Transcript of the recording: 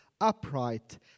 upright